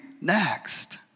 next